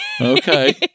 Okay